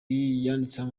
yanditseho